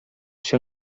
się